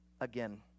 again